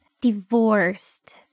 divorced